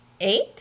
Eight